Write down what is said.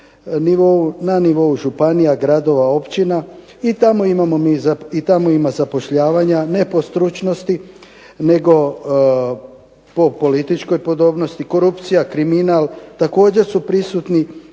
na nivou županija, gradova, općina i tamo ima zapošljavanja ne po stručnosti nego po političkoj podobnosti. Korupcija, kriminal također su prisutni